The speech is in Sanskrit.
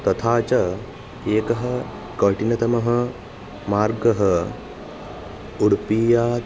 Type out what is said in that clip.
तथा च एकः कठिनतमः मार्गः उडुपीयात्